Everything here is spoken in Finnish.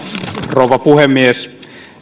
rouva puhemies